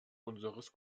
unseres